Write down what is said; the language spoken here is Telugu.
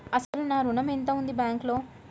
అసలు నా ఋణం ఎంతవుంది బ్యాంక్లో?